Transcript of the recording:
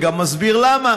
וגם מסביר למה.